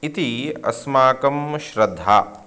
इति अस्माकं श्रद्धा